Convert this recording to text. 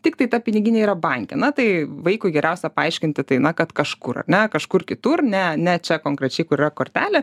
tiktai ta piniginė yra banke na tai vaikui geriausia paaiškinti tai na kad kažkur ar ne kažkur kitur ne ne čia konkrečiai kur yra kortelė